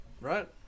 right